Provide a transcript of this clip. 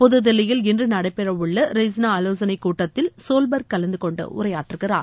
புதுதில்லியில் இன்று நடைபெற உள்ள ரெய்ஸினா ஆலோசனைக் கூட்டத்தில் சோவ்பர்க் கலந்து கொண்டு உரையாற்றுகிறார்